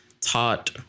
taught